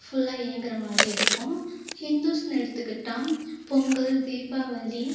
ஃபுல்லா இயங்குகிற மாதிரி இருக்கும் ஹிந்துஸ்னு எடுத்துக்கிட்டால் பொங்கல் தீபாவளி